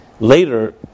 Later